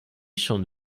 schon